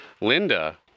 Linda